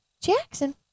jackson